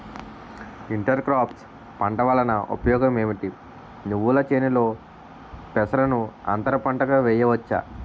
Inter crops పంట వలన ఉపయోగం ఏమిటి? నువ్వుల చేనులో పెసరను అంతర పంటగా వేయవచ్చా?